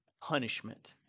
punishment